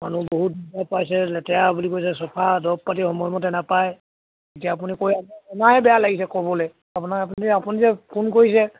মানুহ বহুত পাইছে লেতেৰা বুলি কৈছে চফা দৰৱ পাতি সময়মতে নাপায় এতিয়া আপুনি কৈ নাই বেয়া লাগিছে ক'বলৈ আপোনাৰ আপুনি আপুনি যে ফোন কৰিছে